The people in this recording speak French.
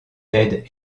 ned